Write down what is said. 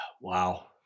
Wow